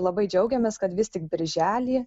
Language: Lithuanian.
labai džiaugiamės kad vis tik birželį